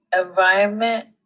environment